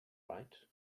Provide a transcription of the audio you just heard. right